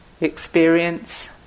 experience